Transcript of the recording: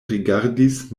rigardis